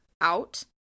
out